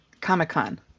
Comic-Con